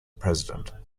president